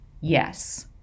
yes